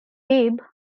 babe